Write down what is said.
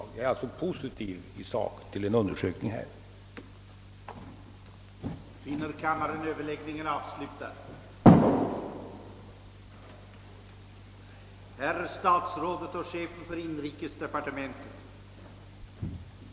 Jag är alltså i sak positivt inställd därtill.